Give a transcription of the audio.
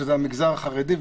שזה המגזר החרדי,